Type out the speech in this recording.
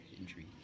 injury